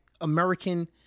American